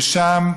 ושם,